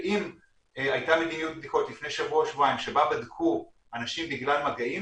אם הייתה מדיניות בדיקות לפני שבוע-שבועיים שבה בדקו אנשים בגלל מגעים,